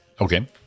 Okay